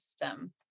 system